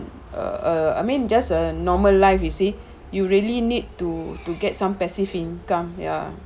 err I mean just a normal life you see you really need to to get some passive income ya